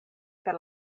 per